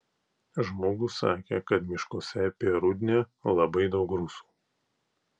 žmogus sakė kad miškuose apie rudnią labai daug rusų